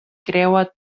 creua